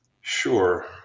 Sure